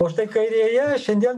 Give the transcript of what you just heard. o štai kairėje šiandien